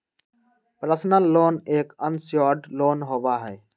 personal loan एक unsecured loan होबा हई